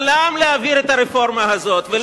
חלם להעביר את הרפורמה הזאת ולא הצליח.